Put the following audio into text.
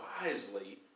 wisely